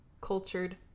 cultured